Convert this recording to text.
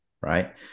Right